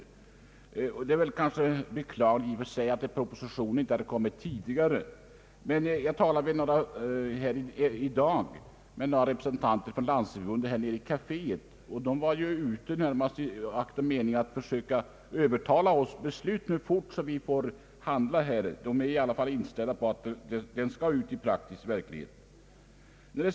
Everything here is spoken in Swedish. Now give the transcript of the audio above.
I och för sig är det väl beklagligt att propositionen inte har kommit tidigare. Jag talade i dag i kaféet med några representanter för Landstingsförbundet. De var ute i akt och mening att övertala oss att besluta fort så att de fick handla. De var inställda på att propositionen skulle ut i praktisk verklighet.